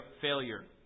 failure